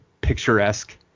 picturesque